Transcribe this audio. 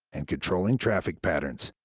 and controlling traffic patterns.